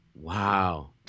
Wow